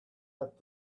had